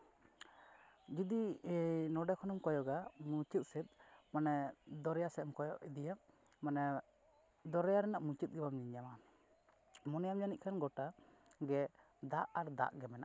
ᱡᱩᱫᱤ ᱮᱭ ᱱᱚᱸᱰᱮ ᱠᱷᱚᱱᱮᱢ ᱠᱚᱭᱚᱜᱟ ᱢᱩᱪᱟᱹᱫ ᱥᱮᱫ ᱢᱟᱱᱮ ᱫᱚᱨᱭᱟ ᱥᱮᱫ ᱮᱢ ᱠᱚᱭᱚᱜ ᱤᱫᱤᱭᱟ ᱢᱟᱱᱮ ᱫᱚᱨᱭᱟ ᱨᱮᱱᱟᱜ ᱢᱩᱪᱟᱹᱫ ᱜᱮ ᱵᱟᱢ ᱧᱮᱞᱧᱟᱢᱟ ᱢᱚᱱᱮᱭᱟᱢ ᱡᱟᱹᱱᱤᱡ ᱠᱷᱟᱱ ᱜᱚᱴᱟ ᱜᱮ ᱫᱟᱜ ᱟᱨ ᱫᱟᱜ ᱜᱮ ᱢᱮᱱᱟᱜᱼᱟ